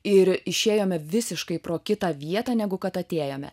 ir išėjome visiškai pro kitą vietą negu kad atėjome